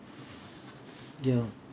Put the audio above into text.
ya